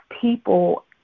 people